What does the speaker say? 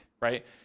right